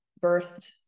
birthed